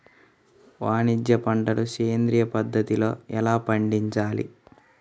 వాణిజ్య పంటలు సేంద్రియ పద్ధతిలో ఎలా పండించాలి?